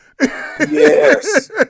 Yes